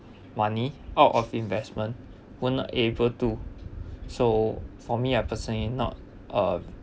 money out of investment won't able to so for me I personally not uh